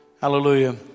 Hallelujah